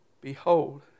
behold